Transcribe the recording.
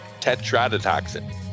tetrodotoxin